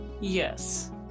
Yes